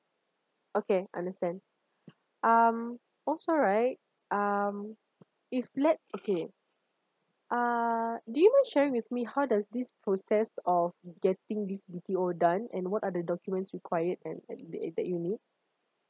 okay understand um also right um if let okay uh do you mind sharing with me how does this process of getting this B_T_O done and what are the documents required and that you need